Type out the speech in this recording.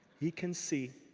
he can see.